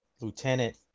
lieutenant